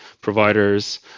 providers